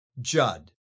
Judd